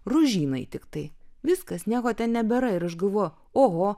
rožynai tiktai viskas nieko ten nebėra ir aš galvoju oho